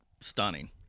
stunning